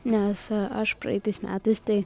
nes aš praeitais metais tai